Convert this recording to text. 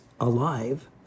alive